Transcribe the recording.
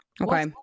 okay